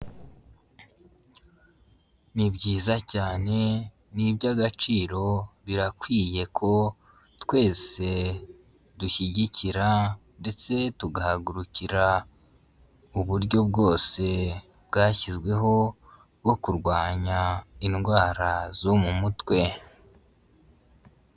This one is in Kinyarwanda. Ni byiza cyane ni iby'agaciro birakwiye ko twese dushyigikira ndetse tugahagurukira uburyo bwose bwashyizweho bwo kurwanya indwara zo mu mutwe.